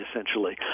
essentially